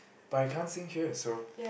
but I can't sing here so